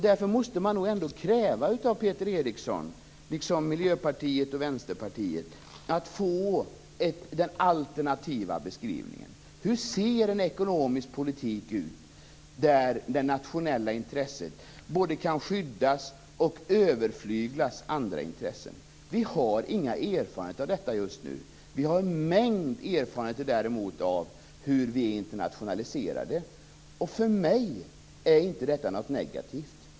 Därför måste man nog ändå kräva av Peter Eriksson, liksom av Miljöpartiet och Vänsterpartiet, att få den alternativa beskrivningen. Hur ser en ekonomisk politik ut där det nationella intresset både kan skyddas och överflyglas andra intressen? Vi har inga erfarenheter av detta just nu. Däremot har vi en mängd erfarenheter av hur vi internationaliserade. För mig är detta inte något negativt.